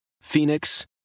Phoenix